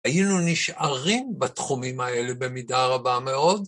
היינו נשארים בתחומים האלה במידה רבה מאוד